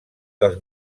dels